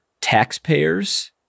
taxpayers